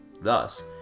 Thus